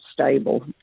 stable